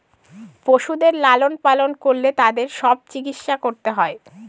পশুদের লালন পালন করলে তাদের সব চিকিৎসা করতে হয়